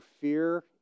fear